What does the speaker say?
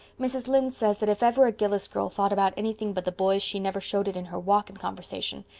mrs. lynde says that if ever a gillis girl thought about anything but the boys she never showed it in her walk and conversation.